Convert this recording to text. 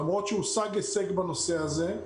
למרות שהושג הישג בנושא הזה,